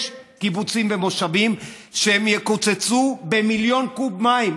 יש קיבוצים ומושבים שבהם יקוצצו מיליון קוב מים.